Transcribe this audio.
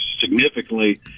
significantly